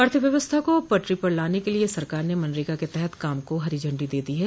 अर्थव्यवस्था को पटरी पर लाने के लिए सरकार ने मनरेगा के तहत काम को हरी झंडी दे दी है